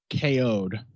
KO'd